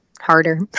harder